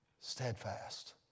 Steadfast